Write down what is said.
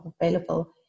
available